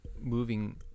moving